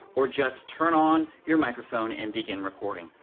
or just turn on your microphone and begin recording.